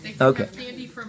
okay